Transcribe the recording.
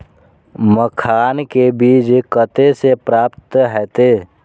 मखान के बीज कते से प्राप्त हैते?